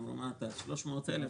אמרו: 300,000?